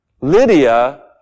Lydia